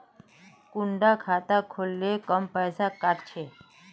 कुंडा खाता खोल ले कम पैसा काट छे?